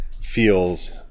feels